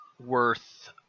worth